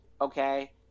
okay